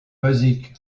basique